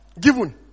given